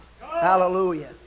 Hallelujah